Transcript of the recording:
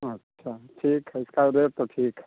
अच्छा ठीक है इसका रेट तो ठीक है